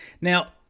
Now